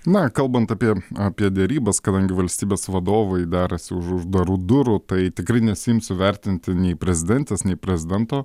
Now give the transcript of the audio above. na kalbant apie apie derybas kadangi valstybės vadovai derasi už uždarų durų tai tikrai nesiimsiu vertinti nei prezidentės nei prezidento